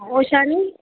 ઓછા નહીં